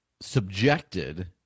subjected